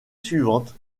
suivante